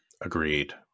Agreed